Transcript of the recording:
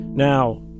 Now